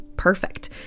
perfect